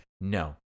no